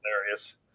hilarious